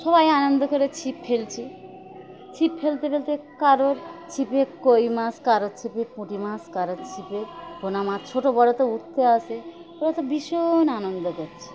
সবাই আনন্দ করে ছিপ ফেলছে ছিপ ফেলতে ফেলতে কারো ছিপে কই মাছ কারো ছিপে পুঁটি মাছ কারো ছিপে পোনা মাছ ছোট বড় তো উঠতে আছে ওরা তো ভীষণ আনন্দ করছে